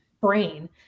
brain